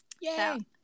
Yay